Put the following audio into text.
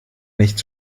nicht